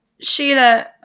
Sheila